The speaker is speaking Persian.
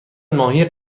ماهی